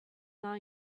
not